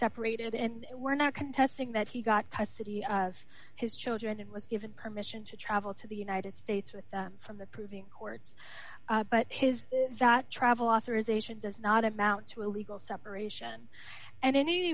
separated and we're not contesting that he got custody of his children and was given permission to travel to the united states with from the proving courts but his that travel authorization does not amount to a legal separation and any